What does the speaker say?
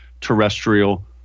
terrestrial